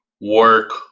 work